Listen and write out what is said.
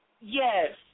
Yes